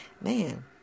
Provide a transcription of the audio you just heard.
man